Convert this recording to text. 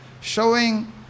showing